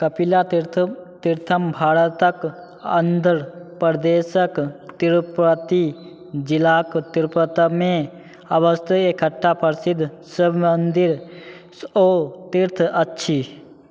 कपिला तीर्थम तीर्थम भारतक आन्ध्र प्रदेशक तिरुपति जिलाक तिरुपतमे अवस्थित एकटा प्रसिद्ध शैव मन्दिर ओ तीर्थ अछि